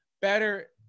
better